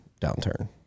downturn